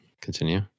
continue